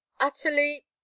utterly